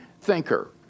thinker